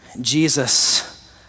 Jesus